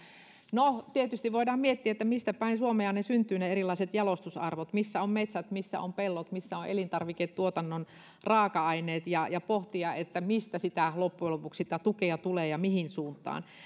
no tietysti voidaan miettiä että missä päin suomea syntyvät ne erilaiset jalostusarvot missä ovat metsät missä ovat pellot missä ovat elintarviketuotannon raaka aineet ja voidaan pohtia mistä loppujen lopuksi sitä tukea tulee ja mihin suuntaan